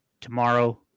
Tomorrow